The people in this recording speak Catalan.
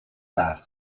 tard